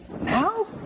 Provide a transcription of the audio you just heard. now